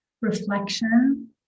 reflection